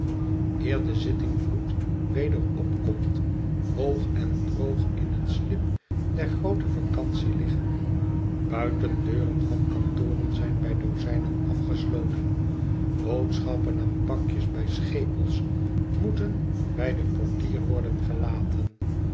eer de zittingvloed weder optomt hoog en droog in het slib der groote vacantie liggen buitendeuren van kantoren zijn bij dozijnen afgesloten boodschappen en pakjes bij schepels moeten bij den portier worden gelaten